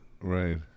right